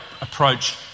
approach